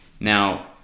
Now